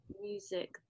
music